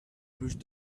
pushed